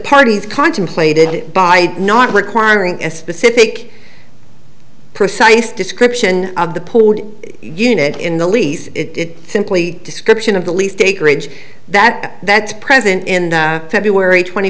parties contemplated it by not requiring a specific precise description of the poor unit in the lease it simply description of the least acreage that that's present in feb twenty